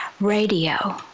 Radio